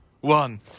one